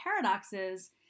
paradoxes